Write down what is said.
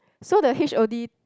so the H_O_D